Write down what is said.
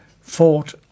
fought